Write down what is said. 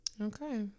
Okay